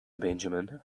benjamin